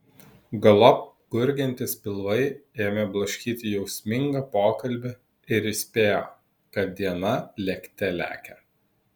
galop gurgiantys pilvai ėmė blaškyti jausmingą pokalbį ir įspėjo kad diena lėkte lekia